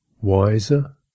wiser